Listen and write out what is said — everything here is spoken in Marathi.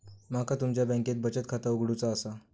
माका तुमच्या बँकेत बचत खाता उघडूचा असा?